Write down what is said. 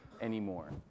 anymore